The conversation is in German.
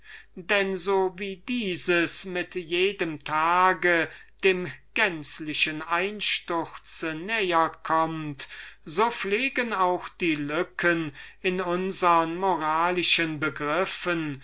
denn so wie dieses mit jedem tage um den seine wiederherstellung aufgeschoben wird dem gänzlichen einsturz näher kommt so pflegen auch die lücken in unsern moralischen begriffen